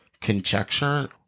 conjecture